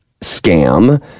scam